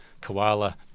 koala